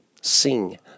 Sing